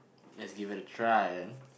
just give it a try